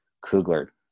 Kugler